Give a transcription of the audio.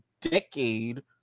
decade